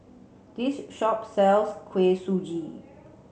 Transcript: this shop sells Kuih Suji